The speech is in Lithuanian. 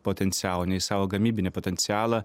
potencialą ne į savo gamybinį potencialą